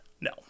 no